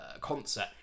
concert